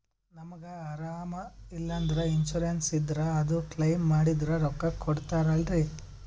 ನಮಗ ಅರಾಮ ಇಲ್ಲಂದ್ರ ಇನ್ಸೂರೆನ್ಸ್ ಇದ್ರ ಅದು ಕ್ಲೈಮ ಮಾಡಿದ್ರ ರೊಕ್ಕ ಕೊಡ್ತಾರಲ್ರಿ?